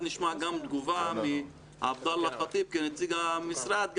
נשמע את תגובת עבדאללה חטיב כנציג משרד החינוך.